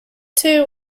two